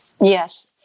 Yes